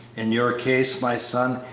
in your case, my son,